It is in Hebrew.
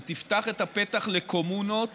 היא תפתח את הפתח לקומונות